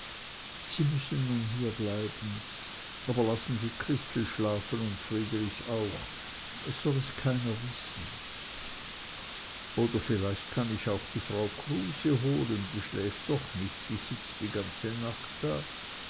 sie müssen nun hierbleiben aber lassen sie christel schlafen und friedrich auch es soll es keiner wissen oder vielleicht kann ich auch die frau kruse holen die schläft doch nicht die sitzt die ganze nacht da